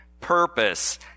purpose